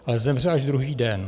Ale zemře až druhý den.